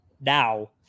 now